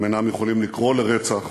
הם אינם יכולים לקרוא לרצח.